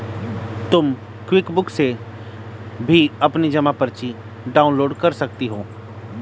तुम क्विकबुक से भी अपनी जमा पर्ची डाउनलोड कर सकती हो